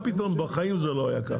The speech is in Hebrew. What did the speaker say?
בחיים לא היה ככה.